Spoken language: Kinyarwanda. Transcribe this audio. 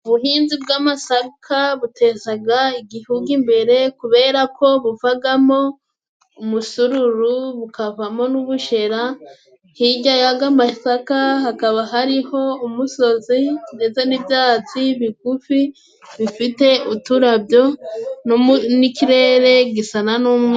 Ubuhinzi bw'amasaka butezaga igihugu imbere, kubera ko buvagamo umusururu bukavamo n'ubushera. Hirya y'aga masaka hakaba hariho umusozi ndetse n'ibyatsi bigufi bifite uturabyo, n'ikirere gisana n'umweru.